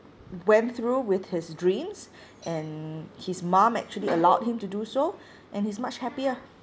went through with his dreams and his mum actually allowed him to do so and he's much happier